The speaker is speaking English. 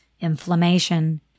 inflammation